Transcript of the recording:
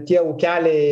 tie ūkeliai